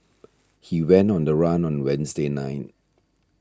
he went on the run on Wednesday night